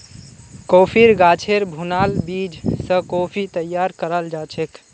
कॉफ़ीर गाछेर भुनाल बीज स कॉफ़ी तैयार कराल जाछेक